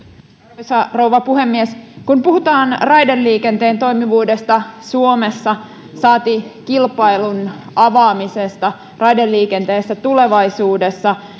arvoisa rouva puhemies kun puhutaan raideliikenteen toimivuudesta suomessa saati kilpailun avaamisesta raideliikenteessä tulevaisuudessa